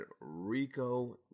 Rico